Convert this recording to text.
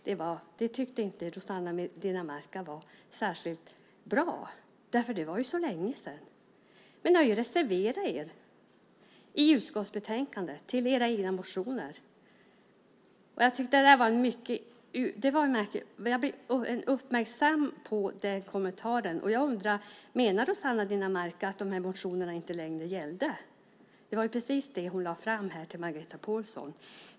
Det tyckte inte Rossana Dinamarca var särskilt bra, därför att det var ju så länge sedan. Men ni har ju reserverat er i utskottsbetänkandet till förmån för era egna motioner. Jag blev verkligen uppmärksam på den kommentaren, och jag undrar: Menar Rossana Dinamarca att de här motionerna inte längre gäller? Det var precis det hon lade fram för Margareta Pålsson.